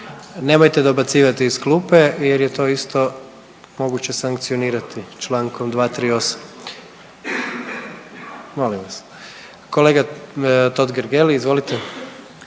Nemojte dobacivati iz klupe jer je to isto moguće sankcionirati Člankom 238. Molim vas. Kolega Totgergeli izvolite.